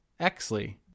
Exley